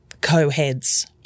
co-heads